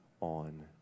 on